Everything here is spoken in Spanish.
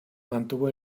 mantuvo